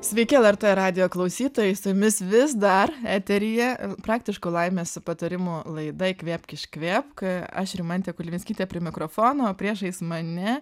sveiki lrt radijo klausytojai su jumis vis dar eteryje praktiškų laimės patarimų laida įkvėpk iškvėpk aš rimantė kulvinskytė prie mikrofono priešais mane